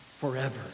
forever